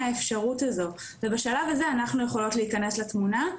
האפשרות הזו ובשלב הזה אנחנו יכולות להיכנס לתמונה,